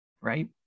right